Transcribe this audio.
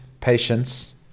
patience